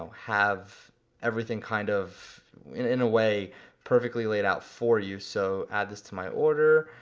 have everything kind of in a way perfectly laid out for you. so add this to my order,